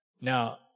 Now